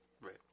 Right